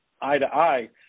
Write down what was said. eye-to-eye